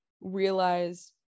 realize